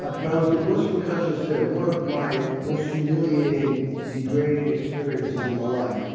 but i was the worst percussionist there one of my most humiliating, degrading experiences in my life.